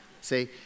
See